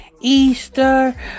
Easter